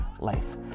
life